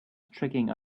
tricking